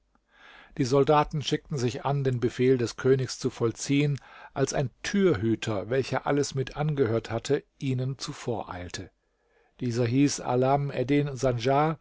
die soldaten schickten sich an den befehl des königs zu vollziehen als ein türhüter welcher alles mit angehört hatte ihnen zuvoreilte dieser hieß alam eddin sandjar